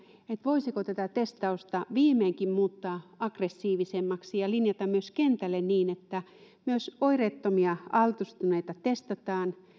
voisiko tätä testausta viimeinkin muuttaa aggressiivisemmaksi ja linjata myös kentälle niin että myös oireettomia altistuneita testataan